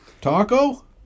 Taco